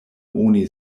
oni